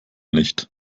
nicht